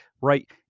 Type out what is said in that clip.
right